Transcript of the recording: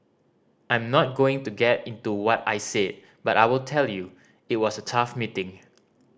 I'm not going to get into what I said but I will tell you it was a tough meeting